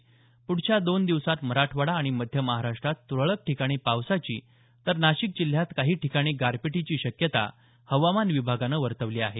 प्ढच्या दोन दिवसांत मराठवाडा आणि मध्य महाराष्ट्रात तुरळक ठिकाणी पावसाची तर नाशिक जिल्ह्यात काही ठिकाणी गारपिटीची शक्यता हवामान विभागानं वर्तवली आहे